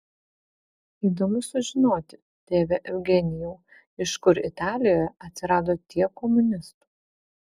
įdomu sužinoti tėve eugenijau iš kur italijoje atsirado tiek komunistų